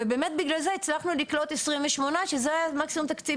ובאמת בגלל זה הצלחנו לקלוט 28 שזה מקסימום תקציב